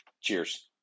Cheers